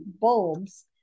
bulbs